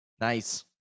Nice